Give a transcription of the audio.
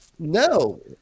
No